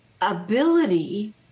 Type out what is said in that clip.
ability